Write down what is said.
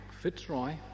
Fitzroy